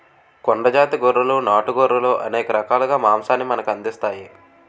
కొండ జాతి గొర్రెలు నాటు గొర్రెలు అనేక రకాలుగా మాంసాన్ని మనకు అందిస్తాయి